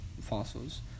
fossils